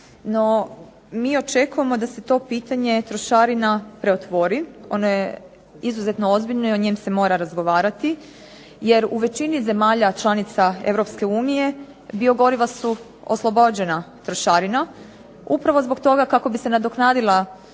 no mi očekujemo da se to pitanje trošarina preotvori, ono je izuzetno ozbiljno i o njemu se mora razgovarati jer u većini zemalja članica EU biogoriva su oslobođena trošarina upravo zbog toga kako bi se nadoknadila